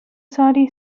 saudi